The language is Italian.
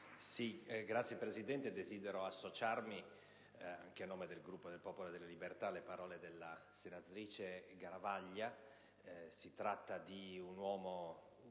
Signora Presidente, desidero associarmi, anche a nome del Gruppo del Popolo della Libertà, alle parole della senatrice Garavaglia. Si tratta di un uomo